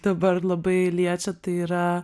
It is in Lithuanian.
dabar labai liečia tai yra